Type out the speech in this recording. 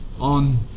on